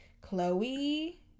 Chloe